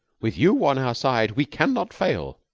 with you on our side we can not fail.